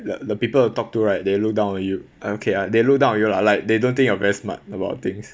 the the people you talk to right they look down on you uh okay they look down on you lah like they don't think you're very smart about things